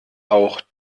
auch